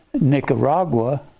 Nicaragua